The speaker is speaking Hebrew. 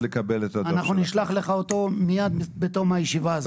לקבל את הדו"ח --- אנחנו נשלח לך אותו מיד בתום הישיבה הזאת.